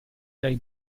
dai